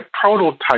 prototype